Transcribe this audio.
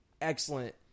excellent